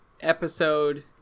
episode